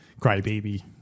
crybaby